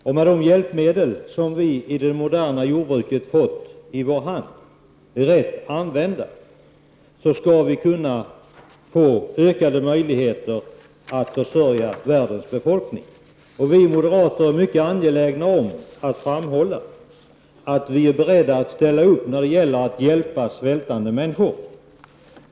Om de hjälpmedel som vi har tillgång till i det moderna jordbruket används rätt, skall vi kunna få ökade möjligheter att försörja världens befolkning. Vi moderater är mycket angelägna om att framhålla att vi är beredda att ställa upp när det gäller att hjälpa svältande människor.